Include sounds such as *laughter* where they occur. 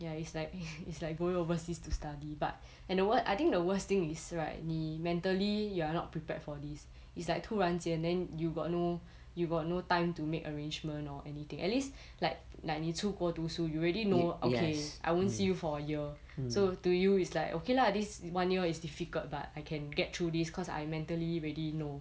ya it's like *laughs* it's like going overseas to study but and a word I think the worst thing right 你 mentally you are not prepared for this is like 突然间 then you got no you got no time to make arrangement or anything at least like like 你出国读书 you already know okay I won't see you for year so to you is like okay lah this one year is difficult but I can get through this cause I mentally ready know